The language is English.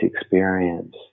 experience